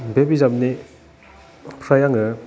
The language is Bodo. बे बिजाबनिफ्राय आङो